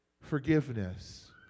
forgiveness